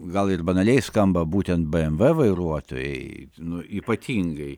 gal ir banaliai skamba būtent bmv vairuotojai nu ypatingai